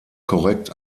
korrekt